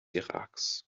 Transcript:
iraks